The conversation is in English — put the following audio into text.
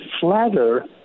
flatter